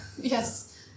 Yes